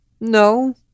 No